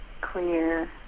clear